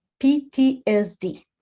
ptsd